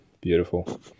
beautiful